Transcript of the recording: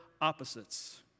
opposites